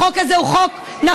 החוק הזה הוא חוק נכון,